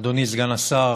אדוני סגן השר,